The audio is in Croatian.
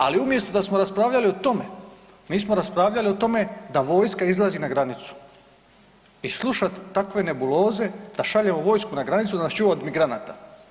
Ali umjesto da smo raspravljali o tome, mi smo raspravljali o tome da vojska izlazi na granicu i slušat takve nebuloze da šaljemo vojsku na granicu da nas čuva od migranata.